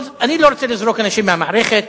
אני לא רוצה לזרוק אנשים מהמערכת